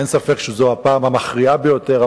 אין ספק שזו הפעם המכריעה ביותר,